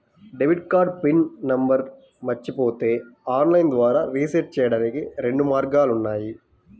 debit card PIN నంబర్ను మరచిపోతే online ద్వారా రీసెట్ చెయ్యడానికి రెండు మార్గాలు ఉన్నాయి